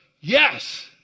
Yes